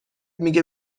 میگه